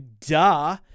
duh